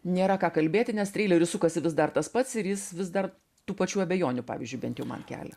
nėra ką kalbėti nes trileris sukasi vis dar tas pats ir jis vis dar tų pačių abejonių pavyzdžiui bent jau man kelia